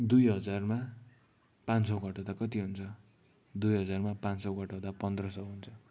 दुई हजारमा पाँच सय घटाउँदा कति हुन्छ दुई हजारमा पाँच सय घटाउँदा पन्ध्र सय हुन्छ